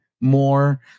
more